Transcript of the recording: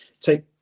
take